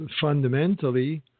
fundamentally